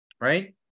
right